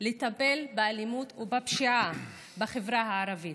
בטיפול באלימות ובפשיעה בחברה הערבית,